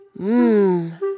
Mmm